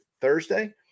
Thursday